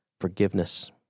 forgiveness